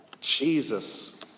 Jesus